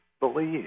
believe